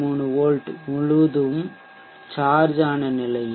3 volt முழுவதும் charge ஆன நிலையில்